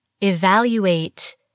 evaluate